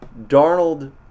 Darnold